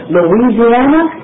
Louisiana